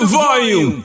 volume